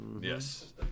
Yes